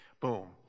boom